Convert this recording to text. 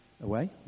away